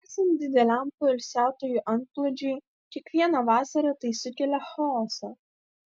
esant dideliam poilsiautojų antplūdžiui kiekvieną vasarą tai sukelia chaosą